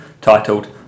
titled